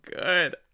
good